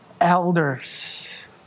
Elders